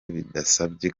bidasabye